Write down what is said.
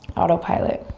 autopilot.